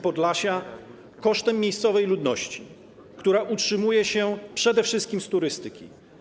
Podlasia kosztem miejscowej ludności, która utrzymuje się przede wszystkim z turystyki.